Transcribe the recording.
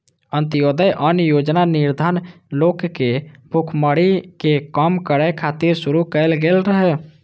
अंत्योदय अन्न योजना निर्धन लोकक भुखमरी कें कम करै खातिर शुरू कैल गेल रहै